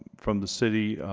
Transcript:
from the city